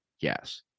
Yes